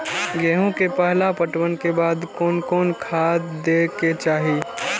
गेहूं के पहला पटवन के बाद कोन कौन खाद दे के चाहिए?